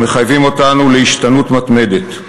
ומחייבים אותנו להשתנות מתמדת.